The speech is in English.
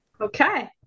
okay